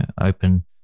open